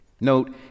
Note